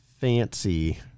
fancy